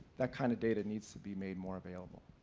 that kind of data needs to be made more available.